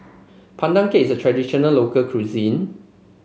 Pandan Cake is a traditional local cuisine